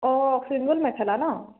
অঁ ছিংগোল মেখেলা ন